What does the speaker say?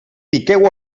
piqueu